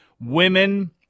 women